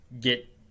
get